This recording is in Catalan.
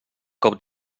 cop